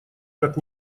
как